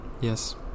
Yes